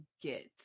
get